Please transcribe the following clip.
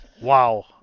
wow